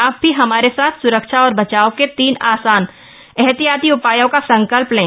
आप भी हमारे साथ स्रक्षा और बचाव के तीन आसान एहतियाती उपायों का संकल्प लें